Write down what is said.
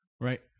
right